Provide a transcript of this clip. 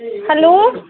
hello